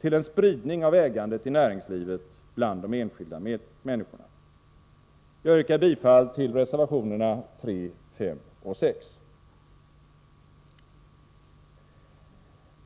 till en spridning av ägandet i näringslivet bland de enskilda människorna. Jag yrkar bifall till reservationerna 3, 5 och 6.